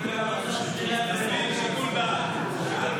ההסתייגות הוסרה.